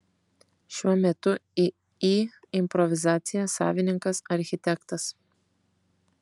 šiuo metu iį improvizacija savininkas architektas